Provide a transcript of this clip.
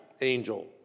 angel